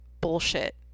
bullshit